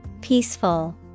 peaceful